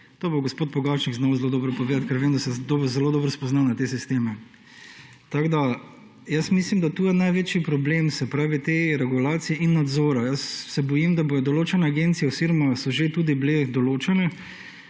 To bo gospod Pogačnik znal zelo dobro povedati, ker vem, da se zelo dobro spozna na te sisteme. Jaz mislim, da je tu največji problem regulacije in nadzora. Jaz se bojim, da bodo določene agencije oziroma so že tudi bile določene,